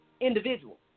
individual